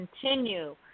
continue